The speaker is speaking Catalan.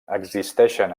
existeixen